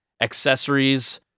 accessories